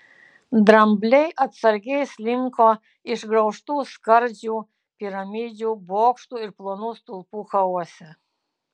drambliai atsargiai slinko išgraužtų skardžių piramidžių bokštų ir plonų stulpų chaose